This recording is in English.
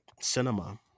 cinema